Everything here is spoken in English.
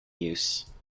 use